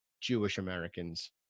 Jewish-Americans